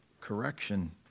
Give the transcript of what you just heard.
correction